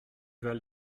val